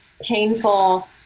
painful